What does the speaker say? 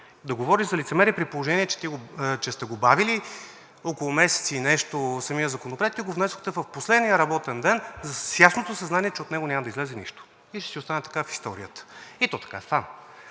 Да говориш за лицемерие, при положение че сте бавили около месец и нещо самия законопроект, и го внесохте в последния работен ден с ясното съзнание, че от него няма да излезе нищо, и ще си остане така в историята. И то така стана.